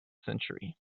century